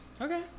Okay